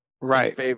Right